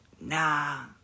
Nah